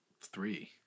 three